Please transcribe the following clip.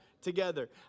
together